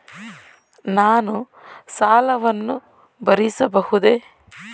ನಾನು ಸಾಲವನ್ನು ಭರಿಸಬಹುದೇ?